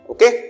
Okay